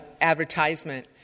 advertisement